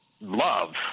love